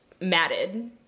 matted